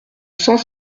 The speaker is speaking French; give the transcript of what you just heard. cent